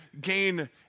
gain